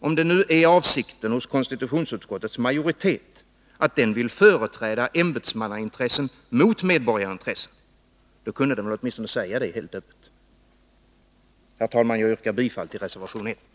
Om det nu är avsikten hos konstitutionsutskottets majoritet att den vill företräda ämbetsmannaintressen mot medborgarintressen — då kunde den väl åtminstone säga det helt öppet. Herr talman! Jag yrkar bifall till reservation 1.